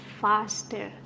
faster